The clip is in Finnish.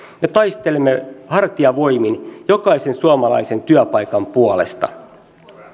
me taistelemme hartiavoimin jokaisen suomalaisen työpaikan puolesta